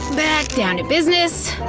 back down to business.